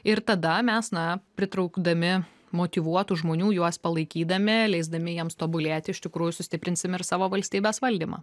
ir tada mes na pritraukdami motyvuotų žmonių juos palaikydami leisdami jiems tobulėt iš tikrųjų sustiprinsim ir savo valstybės valdymą